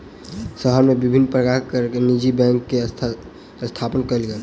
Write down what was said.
शहर मे विभिन्न प्रकारक निजी बैंक के स्थापना कयल गेल